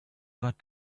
got